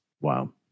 Wow